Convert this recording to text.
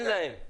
אין להם.